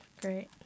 Great